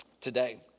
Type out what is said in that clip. today